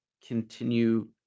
continue